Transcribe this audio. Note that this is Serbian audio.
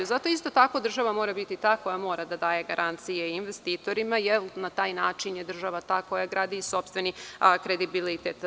Zato, isto tako, država mora biti ta koja mora da daje garancije investitorima, jer na taj način je država ta koja gradi i sopstveni kredibilitet.